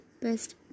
best